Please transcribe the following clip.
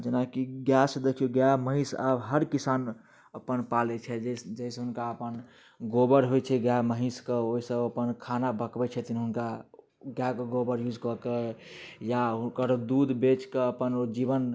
जेनाकि गाय सँ देखियो गाय महिष आब हर किसान अपन पाले छथि जाहिसँ हुनका अपन गोबर होइ छै गायमे महीषके ओहिसँ अपन खाना पकबै छथिन हुनका गायके गोबर यूज कऽ के या हुनकर दूध बेच कऽ अपन ओ जीवन